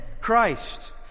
Christ